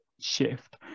shift